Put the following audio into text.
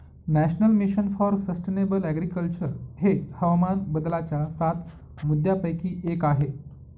national mission for sustainable agriculture हे हवामान बदलाच्या सात मुद्यांपैकी एक आहे